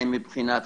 הן מבחינה חברתית,